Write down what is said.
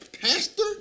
pastor